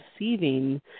receiving